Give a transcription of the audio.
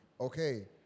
Okay